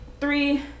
Three